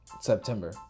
September